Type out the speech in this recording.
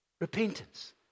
Repentance